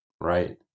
Right